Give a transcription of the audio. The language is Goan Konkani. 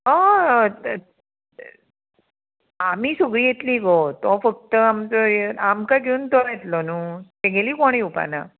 होय होय आमी सगळीं येतली गो तो फक्त आमचो येवन आमकां घेवन तो येतलो न्हू तेगेली कोण येवपाना